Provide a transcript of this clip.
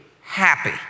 happy